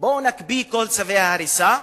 בואו נקפיא את כל צווי ההריסה,